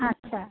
আচ্ছা